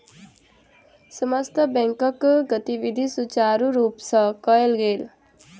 समस्त बैंकक गतिविधि सुचारु रूप सँ कयल गेल